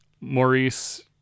maurice